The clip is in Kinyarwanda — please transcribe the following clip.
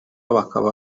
bakaba